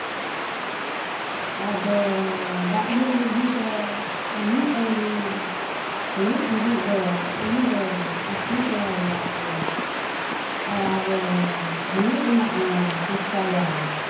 ᱟᱫᱚ ᱫᱟᱜ ᱫᱩᱞ ᱵᱩᱰᱷᱤ ᱫᱚ ᱩᱱᱤ ᱟᱣᱨᱤ ᱦᱩᱭᱩᱜ ᱫᱷᱟᱵᱤᱡ ᱫᱚ ᱩᱱᱤ ᱫᱚ ᱤᱥᱠᱤᱨ ᱵᱟᱲᱟᱭᱮᱭᱟᱭᱮ ᱟᱨᱮ ᱦᱩᱭᱩᱜ ᱨᱮᱭᱟᱜᱼᱮ ᱪᱮᱥᱴᱟᱭᱟ